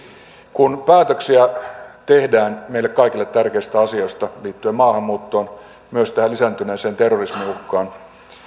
kun päätöksiä tehdään meille kaikille tärkeistä asioista liittyen maahanmuuttoon myös tähän lisääntyneeseen terrorismiuhkaan